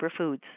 superfoods